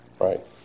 Right